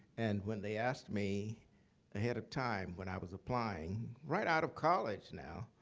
and when they asked me ahead of time, when i was applying, right out of college now,